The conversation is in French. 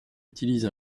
utilise